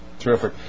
terrific